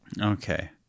Okay